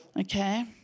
Okay